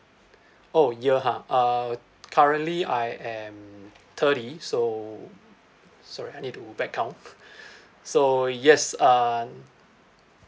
oh year ha uh currently I am thirty so sorry I need to back count so yes uh